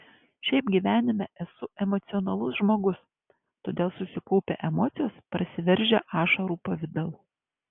šiaip gyvenime esu emocionalus žmogus todėl susikaupę emocijos prasiveržia ašarų pavidalu